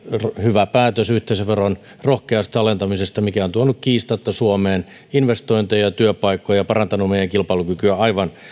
hyvä päätös yhteisöveron rohkeasta alentamista mikä on tuonut kiistatta suomeen investointeja ja työpaikkoja ja parantanut meidän kilpailukykyämme aivan